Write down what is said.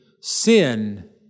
sin